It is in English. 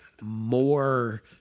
more